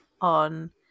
on –